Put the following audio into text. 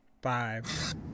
Five